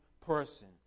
person